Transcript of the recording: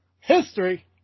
history